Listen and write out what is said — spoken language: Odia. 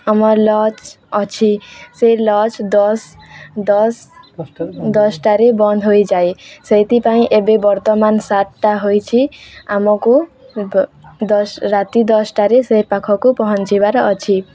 ଆମର ଲଜ୍ ଅଛି ସେ ଲଜ୍ ଦଶ ଦଶ ଦଶଟାରେ ବନ୍ଦ ହୋଇଯାଏ ସେଇଥିପାଇଁ ଏବେ ବର୍ତ୍ତମାନ ହୋଇଛି ଆମକୁ ରାତି ଦଶଟାରେ ସେ ପାଖକୁ ପହଞ୍ଚିବାର ଅଛି